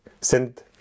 send